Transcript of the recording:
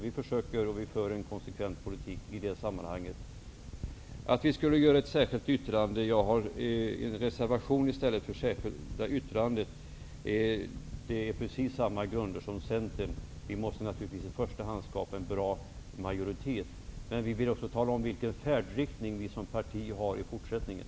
Vi för en konsekvent politik i det sammanhanget. Åke Selberg tycker att vi borde göra en reservation i stället för ett särskilt yttrande. Vi gör det särskilda yttrandet på precis samma grunder som Centern gör det. Vi måste naturligtvis i första hand skapa en bra majoritet. Vi vill också tala om vilken färdriktning vårt parti kommer att ha i fortsättningen.